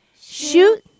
shoot